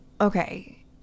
Okay